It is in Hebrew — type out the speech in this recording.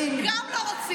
גם בתחנת דלק לא רוצים.